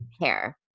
hair